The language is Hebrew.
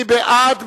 מי בעד?